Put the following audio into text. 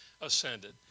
ascended